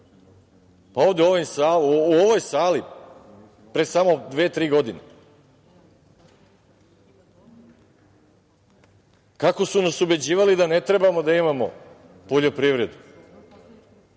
ovde u ovoj sali, pre samo dve-tri godine, kako su nas ubeđivali da ne trebamo da imamo poljoprivredu,